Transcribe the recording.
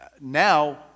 now